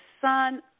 son